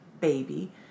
baby